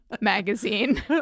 magazine